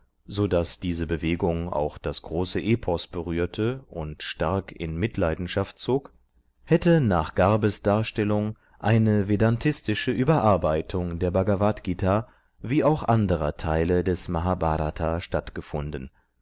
so daß diese bewegung auch das große epos berührte und stark in mitleidenschaft zog hätte nach garbes darstellung eine vedntistische überarbeitung der bhagavadgt wie auch anderer teile des mahbhrata stattgefunden